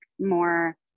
more